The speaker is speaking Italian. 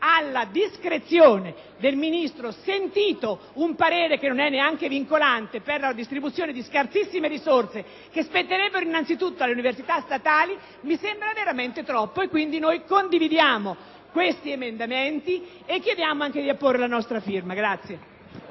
alla discrezione del Ministro, sentito un parere che non è neanche vincolante per la distribuzione di scarsissime risorse che spetterebbero innanzitutto alle università statali, mi sembra veramente troppo. Quindi condividiamo questi emendamenti e chiediamo di apporvi la nostra firma.